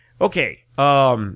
Okay